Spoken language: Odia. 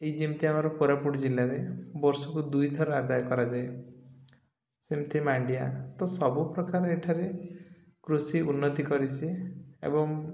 ଏଇ ଯେମିତି ଆମର କୋରାପୁଟ ଜିଲ୍ଲାରେ ବର୍ଷକୁ ଦୁଇଥର ଆଦାୟ କରାଯାଏ ସେମିତି ମାଣ୍ଡିଆ ତ ସବୁପ୍ରକାର ଏଠାରେ କୃଷି ଉନ୍ନତି କରିଛି ଏବଂ